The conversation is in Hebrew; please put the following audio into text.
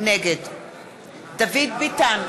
נגד דוד ביטן,